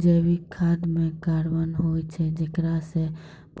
जैविक खाद म कार्बन होय छै जेकरा सें